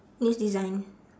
news design